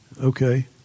Okay